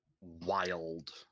wild